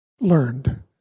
learned